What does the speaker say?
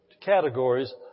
categories